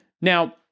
Now